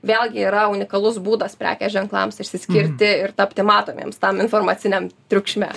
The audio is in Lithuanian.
vėlgi yra unikalus būdas prekės ženklams išsiskirti ir tapti matomiems tam informaciniam triukšme